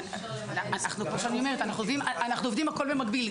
אנחנו עובדים על הכול במקביל,